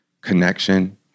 connection